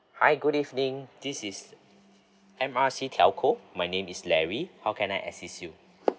hi good evening this is M R C telco my name is larry how can I assist you